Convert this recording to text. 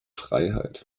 freiheit